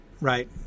Right